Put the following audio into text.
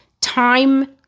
time